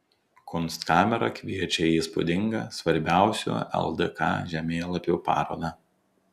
kunstkamera kviečia į įspūdingą svarbiausių ldk žemėlapių parodą